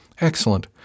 Excellent